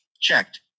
Checked